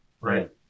Right